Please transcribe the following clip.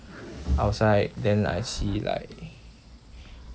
outside then I see like